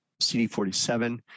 CD47